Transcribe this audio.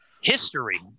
history